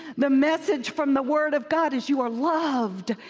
the message from the word of god is you are loved,